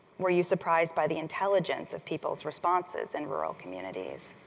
were you surprised by the intelligence of people's responses in rural communities?